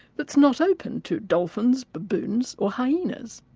that's not open to dolphins, baboons or hyenas.